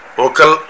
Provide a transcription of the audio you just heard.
vocal